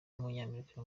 w’umunyamerika